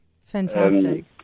Fantastic